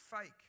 fake